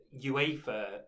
UEFA